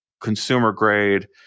consumer-grade